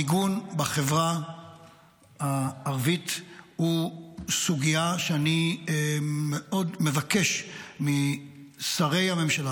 המיגון בחברה הערבית הוא סוגיה שאני מבקש מאוד משרי הממשלה,